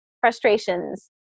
frustrations